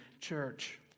church